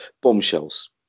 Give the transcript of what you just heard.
bombshells